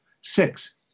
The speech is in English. Six